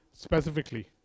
specifically